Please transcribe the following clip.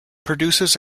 produces